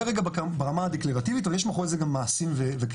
זה רגע ברמה הדקלרטיבית אבל יש מאחורי זה גם מעשים וכסף.